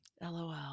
lol